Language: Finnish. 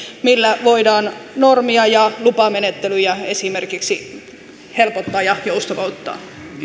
millä voidaan esimerkiksi normeja ja lupamenettelyjä helpottaa ja joustavoittaa